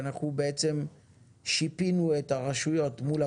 אנחנו בעצם שיפינו את הרשויות המקומיות.